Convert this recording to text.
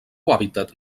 hàbitat